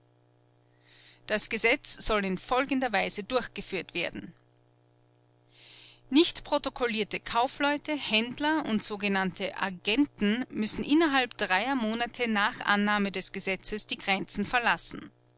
das gesetz soll in folgender weise durchgeführt werden nichtprotokollierte kaufleute händler und sogenannte agenten müssen innerhalb dreier monate nach annahme des gesetzes die grenzen verlassen